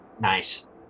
Nice